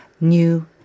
new